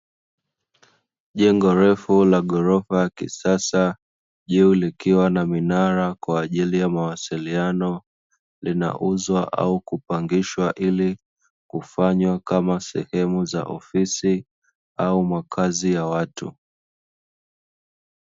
Jengo refu na ghorofa ya kisasa, juu likiwa na minara kwa ajili ya mawasiliano, linauzwa ama kupangishwa ili kufanywa kama sehemu za ofisi au makazi ya watu.